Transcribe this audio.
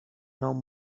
nom